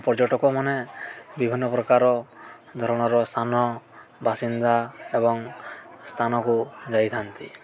ପର୍ଯ୍ୟଟକମାନେ ବିଭିନ୍ନ ପ୍ରକାର ଧରଣର ବାସିନ୍ଦା ଏବଂ ସ୍ଥାନକୁ ଯାଇଥାନ୍ତି